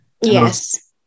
Yes